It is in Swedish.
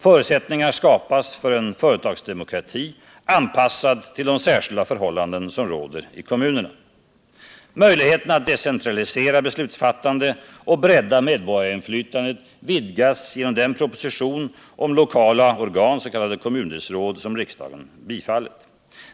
Förutsättningar skapas för en företagsdemokrati, anpassad till de särskilda förhållanden som råder i kommunerna. Möjligheterna att decentralisera beslutsfattande och bredda medborgarinflytandet vidgas genom den proposition om lokala organ, bl.a. kommundelsråd, som riksdagen bifallit.